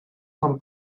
from